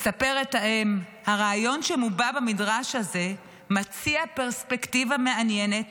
מספרת האם: הרעיון שמובע במדרש הזה מציע פרספקטיבה מעניינת